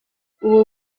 uwo